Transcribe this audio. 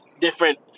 different